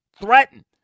Threaten